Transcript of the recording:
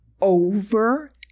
over